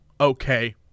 Okay